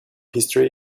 history